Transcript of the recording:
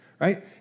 right